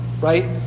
Right